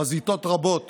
חזיתות רבות